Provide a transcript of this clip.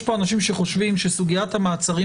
יש פה אנשים שחושבים שסוגיית המעצרים